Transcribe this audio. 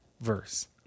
verse